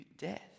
death